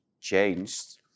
changed